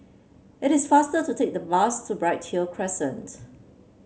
it is faster to take the bus to Bright Hill Crescent